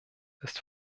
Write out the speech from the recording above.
ist